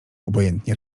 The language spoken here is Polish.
obojętnie